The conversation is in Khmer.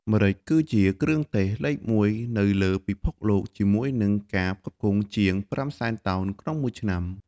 ម្រេច គឺជាគ្រឿងទេសលេខមួយនៅលើពិភពលោក ជាមួយនឹងការផ្គត់ផ្គង់ជាង ៥ សែនតោនក្នុងមួយឆ្នាំ។